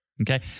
Okay